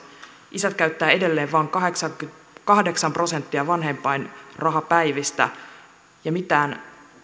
isät käyttävät edelleen vain kahdeksan prosenttia vanhempainrahapäivistä eikä mitään